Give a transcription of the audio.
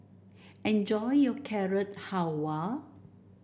enjoy your Carrot Halwa